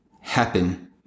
happen